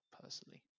personally